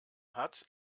hat